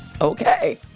okay